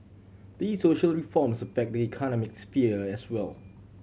these social reforms affect the economic sphere as well